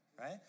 right